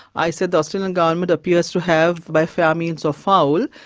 i said the australian government appears to have, by fair means or foul,